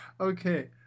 Okay